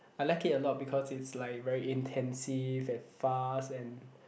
I like it a lot because it's like very intensive and fast and